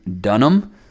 Dunham